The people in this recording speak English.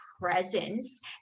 presence